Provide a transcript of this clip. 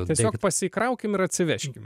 tiesiog pasikraukim ir atsivežkim